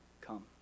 come